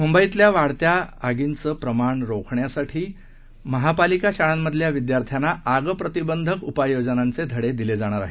मुंबईतल्या वाढत्या आगींचे प्रमाण रोखण्यासाठी महापालिका शाळांमधल्या विदयार्थ्यांना आग प्रतिबंधक उपाययोजनांचे धडे दिले जाणार आहेत